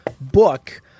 book